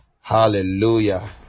Hallelujah